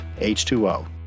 H2O